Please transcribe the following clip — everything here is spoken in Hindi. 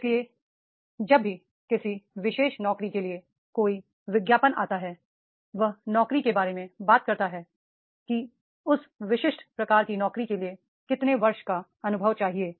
इसलिए जब भी किसी विशेष नौकरी के लिए कोई विज्ञापन आता है वह नौकरी के बारे में बात करता है कि उस विशिष्ट प्रकार की नौकरी के लिए कितने वर्ष का अनुभव चाहिए